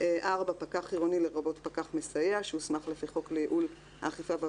סעיף 58 לחוק גנים לאומיים,